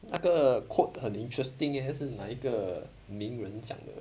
那个 quote 很 interesting leh 是哪一个名人讲的